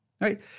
right